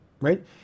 right